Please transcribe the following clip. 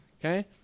Okay